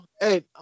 Hey